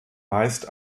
meist